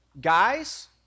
Guys